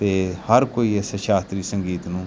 ਅਤੇ ਹਰ ਕੋਈ ਇਸ ਸ਼ਾਸਤਰੀ ਸੰਗੀਤ ਨੂੰ